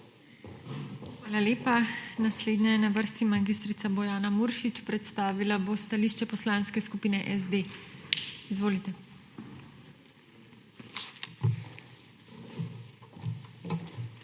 Hvala lepa. Naslednja je na vrsti mag. Bojana Muršič. Predstavila bo stališče Poslanske skupine SD. Izvolite. MAG.